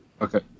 Okay